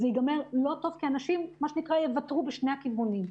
זה ייגמר לא טוב, כי אנשים יוותרו בשני הכיוונים.